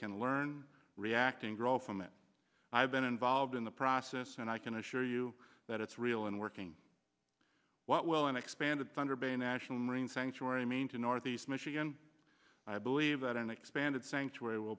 can learn reacting roll from it i've been involved in the process and i can assure you that it's real and working what will an expanded thunder bay national marine sanctuary mean to northeast michigan i believe that an expanded sanctuary w